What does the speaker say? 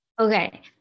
Okay